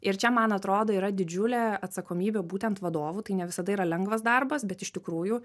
ir čia man atrodo yra didžiulė atsakomybė būtent vadovų tai ne visada yra lengvas darbas bet iš tikrųjų